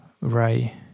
Ray